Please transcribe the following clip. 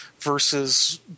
versus